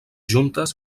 juntes